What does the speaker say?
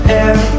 air